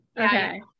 Okay